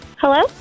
Hello